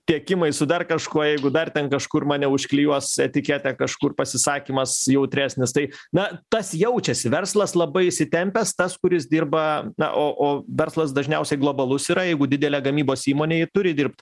tiekimais su dar kažkuo jeigu dar ten kažkur mane užklijuos etiketę kažkur pasisakymas jautresnis tai na tas jaučiasi verslas labai įsitempęs tas kuris dirba na o o verslas dažniausiai globalus yra jeigu didelė gamybos įmonė ji turi dirbt